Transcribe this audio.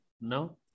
No